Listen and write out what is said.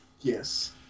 Yes